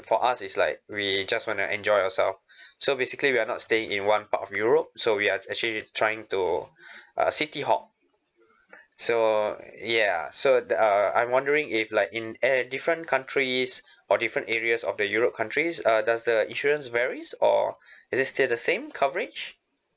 for us is like really just want to enjoy ourselves so basically we are not staying in one part of europe so we are actually trying to uh city hawk so ya so the uh I'm wondering if like in at a different countries or different areas of the euro countries uh does the insurance varies or is it still the same coverage